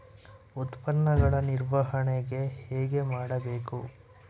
ಉತ್ಪನ್ನಗಳ ನಿರ್ವಹಣೆ ಹೇಗೆ ಮಾಡಬೇಕು?